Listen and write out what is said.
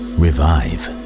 revive